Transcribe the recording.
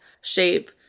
shape